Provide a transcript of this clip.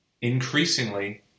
increasingly